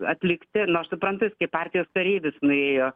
atlikti nu aš suprantu jis kaip partijos kareivis nuėjo